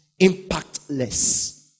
Impactless